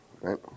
right